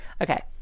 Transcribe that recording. Okay